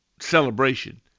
celebration